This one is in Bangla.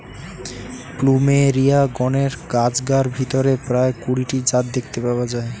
প্লুমেরিয়া গণের গাছগার ভিতরে প্রায় কুড়ি টি জাত দেখতে পাওয়া যায়